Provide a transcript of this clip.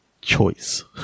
Choice